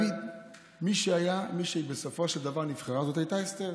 מי שבסופו של דבר נבחרה הייתה אסתר,